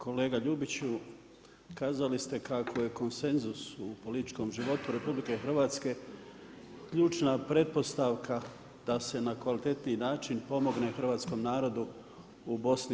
Kolega Ljubiću, kazali ste kako je konsenzus u političkom životu RH, ključna pretpostavka da se na kvalitetniji način pomogne hrvatskom narodu u BIH.